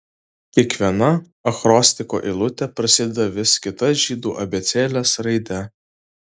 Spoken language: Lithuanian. kiekviena akrosticho eilutė prasideda vis kita žydų abėcėlės raide